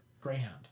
greyhound